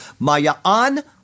Mayaan